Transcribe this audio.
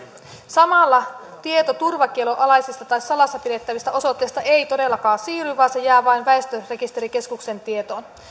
samalla tietoturvakiellon alaisia tai salassa pidettäviä osoitteita ei todellakaan siirry vaan ne jäävät vain väestörekisterikeskuksen tietoon